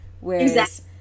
Whereas